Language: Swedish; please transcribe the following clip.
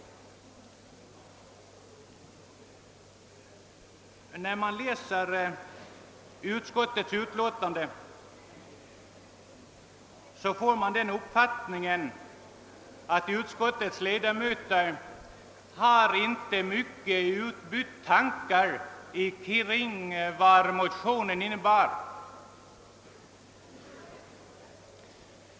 När man läser utskottets utlåtande får man den uppfattningen, att utskottets ledamöter inte har utbytt många tankar om vad motionerna innebar.